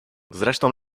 zresztą